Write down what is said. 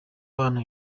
abana